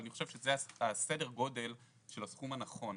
אבל אני חושב שזה סדר הגודל של הסכום הנכון.